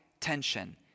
tension